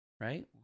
right